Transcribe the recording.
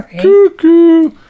Cuckoo